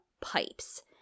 pipes